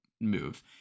move